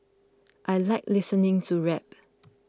I like listening to rap